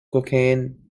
cocaine